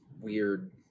weird